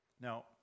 Now